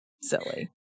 Silly